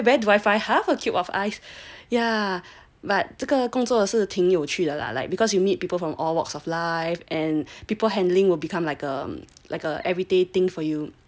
ya but 这个工作室挺有趣的 lah like because you meet people from all walks of life and people handling will become like um like a everyday thing for you